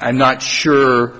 i'm not sure